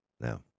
No